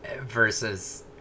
versus